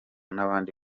n’abandi